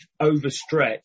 overstretch